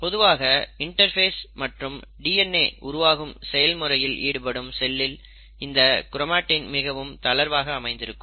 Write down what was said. பொதுவாக இன்டர்பேஸ் மற்றும் டிஎன்ஏ உருவாக்கும் செயல் முறையில் ஈடுபடும் செல்லில் இந்த கிரோமடின் மிகவும் தளர்வாக அமைந்திருக்கும்